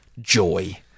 joy